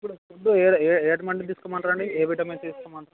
ఇప్పుడు ఫుడ్ ఏ ఏ తీసుకోమంటారు అండి ఏ విటమిన్స్ తీసుకోమంటారు